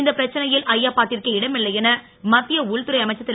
இந்த பிரச்னையில் ஐயப்பாட்டிற்கே இடமில்லை என மத்திய உள்துறை அமைச்சர் திரு